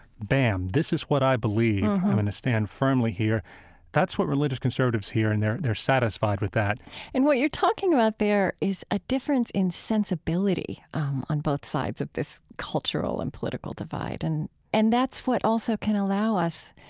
bam, this is what i believe i'm going to and stand firmly here that's what religious conservatives hear, and they're they're satisfied with that and what you're talking about there is a difference in sensibility on both sides of this cultural and political divide, and and that's what also can allow us,